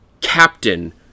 Captain